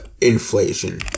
inflation